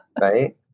right